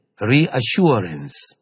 reassurance